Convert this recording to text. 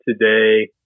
today